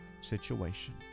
situation